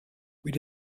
with